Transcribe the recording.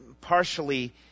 partially